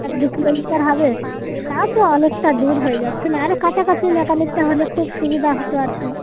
তা দু কিলোমিটার হবে তাও তো অনেকটা দূর হয়ে যাচ্ছে না আরও কাছাকাছি মেকানিকটা হলে খুব সুবিধা হতো আর কি